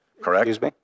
Correct